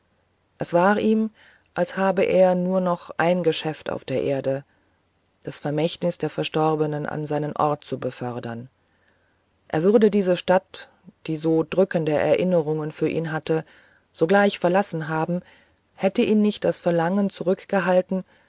es war ihm als habe er nur noch ein geschäft auf der erde das vermächtnis der verstorbenen an seinen ort zu befördern er würde diese stadt die so drückende erinnerungen für ihn hatte sogleich verlassen haben hätte ihn nicht das verlangen zurückgehalten